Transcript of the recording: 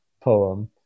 poem